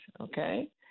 okay